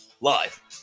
Live